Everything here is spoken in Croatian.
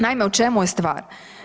Naime, u čemu je stvar?